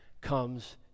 comes